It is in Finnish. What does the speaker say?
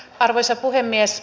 arvoisa puhemies